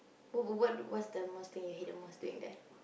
what what what what's the most thing you hate the most doing there